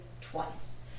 twice